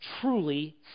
truly